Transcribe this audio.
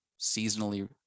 seasonally